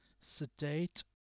sedate